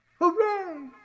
Hooray